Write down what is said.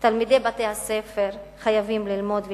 תלמידי בתי-הספר חייבים ללמוד ולהכיר.